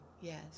Yes